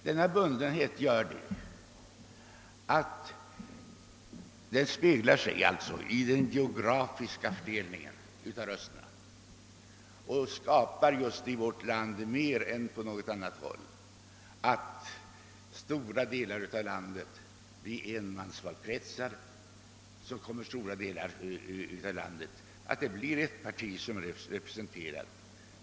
Denna bundenhet speglar sig i den geografiska fördelningen av rösterna, och ett valsystem med enmansvalkretsar skulle i vårt land mer än på något annat håll i stora delar av landet komma att medföra att endast ett parti blev representerat.